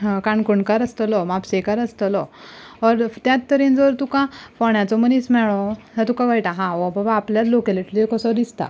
काणकोणकार आसतलो म्हापशेकार आसतलो ओर त्याच तरेन जर तुका फोंड्याचो मनीस मेळ्ळो जाल्यार तुका कळटा हो बाबा आपल्या लॉकेलिटींतलो कसो दिसता